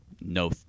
no